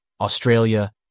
Australia